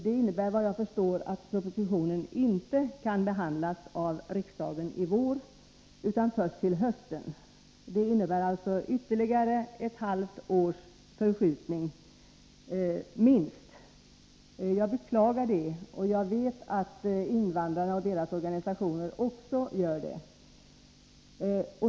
Det innebär vad jag förstår att propositionen inte kan behandlas av riksdagen i vår, utan först till hösten. Det innebär alltså ytterligare minst ett halvt års förskjutning. Jag beklagar det, och jag vet att invandrarna och deras organisationer också gör det.